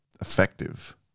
effective